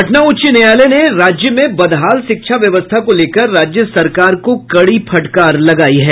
पटना उच्च न्यायालय ने राज्य में बदहाल शिक्षा व्यवस्था को लेकर राज्य सरकार को कड़ी फटकार लगायी है